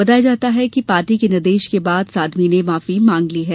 बताया जाता है कि पार्टी के निर्देश के बाद साध्वी ने इस मामले में माफी मांग ली है